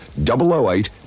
008